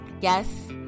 yes